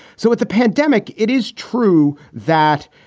so it's a pandemic. it is true that,